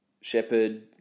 Shepherd